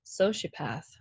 sociopath